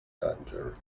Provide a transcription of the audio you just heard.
danger